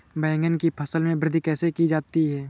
बैंगन की फसल में वृद्धि कैसे की जाती है?